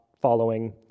following